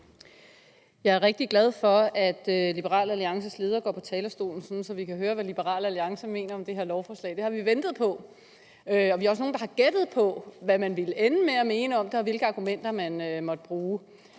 Jeg er rigtig glad for, at Liberal Alliances leder går på talerstolen, så vi kan høre, hvad Liberal Alliance mener om det her lovforslag. Det har vi ventet på. Vi er også nogle, der har gættet på, hvad man ville ende med at mene om det, og hvilke argumenter man måtte bruge.